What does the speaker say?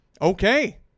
okay